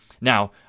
Now